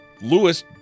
Lewis